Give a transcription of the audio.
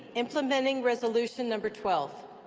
implementing resolution number twelve.